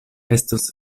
estos